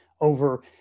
over